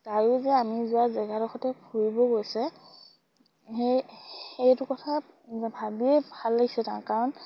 তায়ো যে আমি যোৱা জেগাডোখৰতে ফুৰিব গৈছে সেই সেইটো কথা ভাবিয়ে ভাল লাগিছে তাৰ কাৰণ